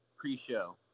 pre-show